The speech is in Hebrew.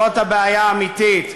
זאת הבעיה האמיתית,